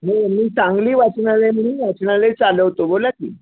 हो मी सांगली वाचनालय म्हणून वाचनालय चालवतो बोला की